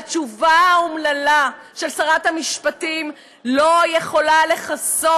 והתשובה האומללה של שרת המשפטים לא יכולה לכסות,